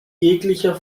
jeglicher